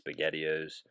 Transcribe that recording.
SpaghettiOs